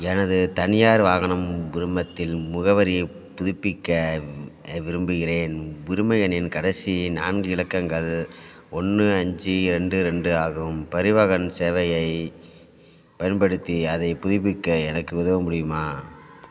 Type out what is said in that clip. எனது தனியார் வாகனம் உரிமத்தில் முகவரியைப் புதுப்பிக்க விரும்புகிறேன் உரிம எண்ணின் கடைசி நான்கு இலக்கங்கள் ஒன்று அஞ்சு ரெண்டு ரெண்டு ஆகும் பரிவாஹன் சேவையை பயன்படுத்தி அதை புதுப்பிக்க எனக்கு உதவ முடியுமா